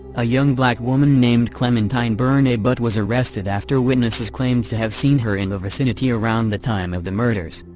a young black woman named clementine bernabet was arrested after witnesses claimed to have seen her in the vicinity around the time of the murders.